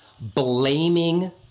blaming